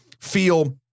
feel